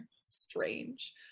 strange